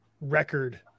record